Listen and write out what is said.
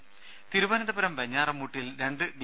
രുദ തിരുവനന്തപുരം വെഞ്ഞാറമൂട്ടിൽ രണ്ട് ഡി